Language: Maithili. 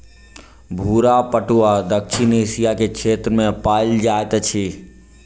भूरा पटुआ दक्षिण एशिया के क्षेत्र में पाओल जाइत अछि